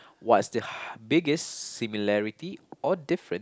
what's the har~ biggest similarity or different